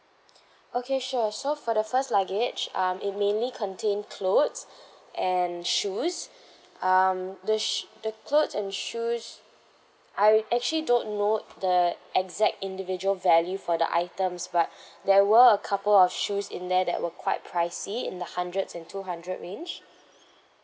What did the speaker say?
okay sure so for the first luggage um it mainly contain clothes and shoes um the sh~ the clothes and shoes I actually don't know the exact individual value for the items but there were a couple of shoes in there that were quite pricey in the hundreds and two hundred range